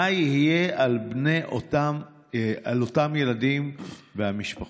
מה יהיה על אותם ילדים ומשפחות?